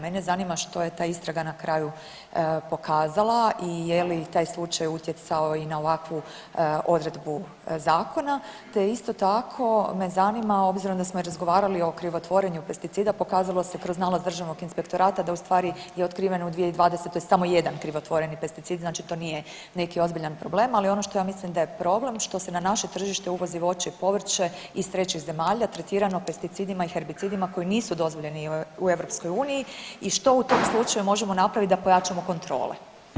Mene zanima što je ta istraga na kraju pokazala i je li taj slučaj utjecao i na ovakvu odredbu zakona, te isto tako me zanima obzirom da smo razgovarali o krivotvorenju pesticida, pokazalo se kroz nalaz Državnog inspektorata da ustvari je otkriven u 2020. samo jedan krivotvoreni pesticid, znači to nije neki ozbiljan problem, ali ono što ja mislim da je problem što se na naše tržište uvozi voće i povrće iz trećih zemalja tretirano pesticidima i herbicidima koji nisu dozvoljeni u EU i što u tom slučaju možemo napraviti da pojačamo kontrole.